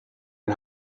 een